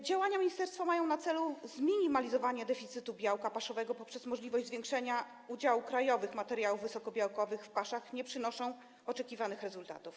Działania ministerstwa mające na celu zminimalizowanie deficytu białka paszowego poprzez wprowadzenie możliwości zwiększenia udziału krajowych materiałów wysokobiałkowych w paszach nie przynoszą oczekiwanych rezultatów.